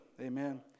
amen